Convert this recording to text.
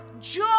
joy